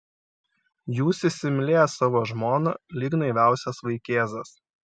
jūs įsimylėjęs savo žmoną lyg naiviausias vaikėzas